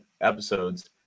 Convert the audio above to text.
episodes